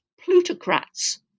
plutocrats